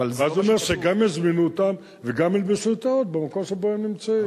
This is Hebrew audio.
ואז אני אומר שגם יזמינו אותם וגם יענדו את האות במקום שבו הם נמצאים.